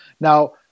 Now